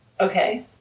Okay